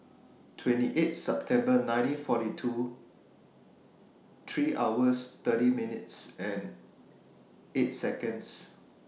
twenty eight September nineteen forty two three hours thirty minutes eight Seconds